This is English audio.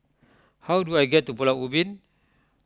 how do I get to Pulau Ubin